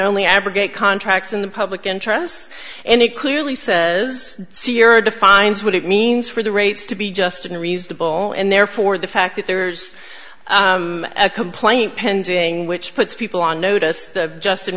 only abrogate contracts in the public interest and it clearly says see your defines what it means for the rates to be just in a reasonable and therefore the fact that there's a complaint pending which puts people on notice that just in